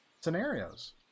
scenarios